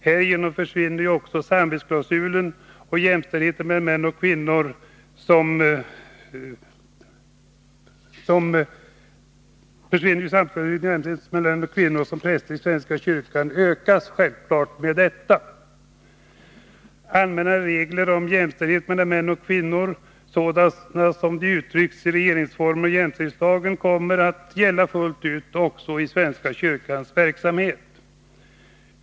Härigenom försvinner samvetsklausulen, och jämställdheten mellan män och kvinnor som präster i svenska kyrkan ökar. Allmänna regler om jämställdhet mellan män och kvinnor, sådana de uttrycks i regeringsformen och jämställdhets 39 lagen, kommer nu att gälla fullt ut också i svenska kyrkans verksamhet.